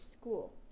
school